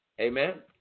Amen